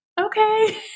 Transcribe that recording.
Okay